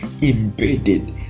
embedded